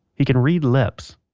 he can read lips,